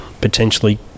potentially